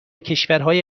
کشورهای